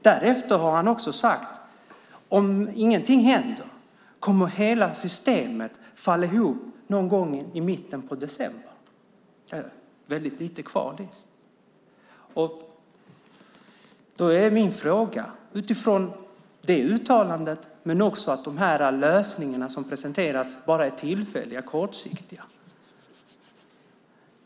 Därefter har han också sagt: Om ingenting händer kommer hela systemet att falla ihop någon gång i mitten av december. Det är väldigt lite tid kvar. Jag har en fråga utifrån det uttalandet men också utifrån att de lösningar som presenteras bara är tillfälliga och kortsiktiga.